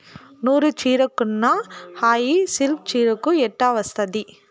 నూరు చీరకున్న హాయి సిల్కు చీరకు ఎట్టా వస్తాది